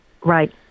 Right